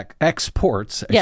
exports